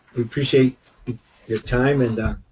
we appreciate your time and, ah,